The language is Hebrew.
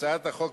הצעת החוק,